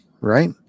right